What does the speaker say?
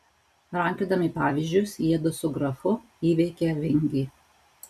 rankiodami pavyzdžius jiedu su grafu įveikė vingį